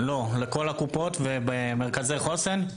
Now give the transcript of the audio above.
לא, לכל הקופות ובמרכזי חוסן.